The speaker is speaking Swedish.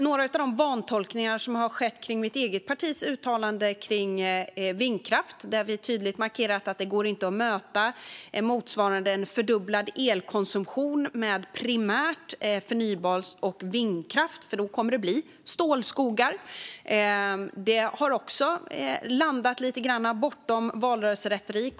Några av de vantolkningar som har skett kring mitt eget partis uttalanden kring vindkraft, där vi tydligt markerat att det inte går att möta motsvarande en fördubblad elkonsumtion med primärt förnybar kraft och vindkraft, för att det då kommer att bli stålskogar, har också landat lite grann bortom valrörelseretorik.